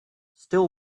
still